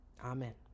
Amen